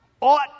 ought